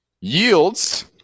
Yields